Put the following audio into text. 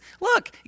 look